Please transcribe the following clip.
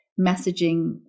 messaging